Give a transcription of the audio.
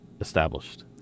established